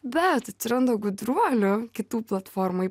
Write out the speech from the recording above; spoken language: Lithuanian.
bet atsiranda gudruolių kitų platformai